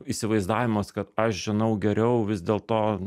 įsivaizdavimas kad aš žinau geriau vis dėlto